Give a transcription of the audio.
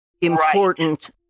important